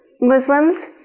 Muslims